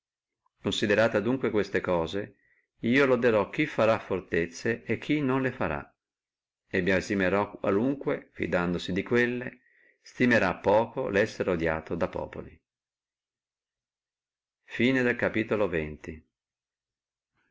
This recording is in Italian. considerato adunque tutte queste cose io lauderò chi farà le fortezze e chi non le farà e biasimerò qualunque fidandosi delle fortezze stimerà poco essere odiato da populi